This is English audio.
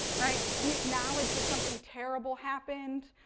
right. we acknowledge that something terrible happened.